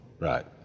Right